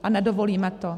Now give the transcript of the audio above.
A nedovolíme to.